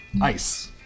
ice